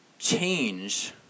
Change